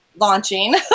launching